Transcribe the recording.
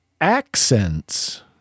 accents